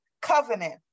covenant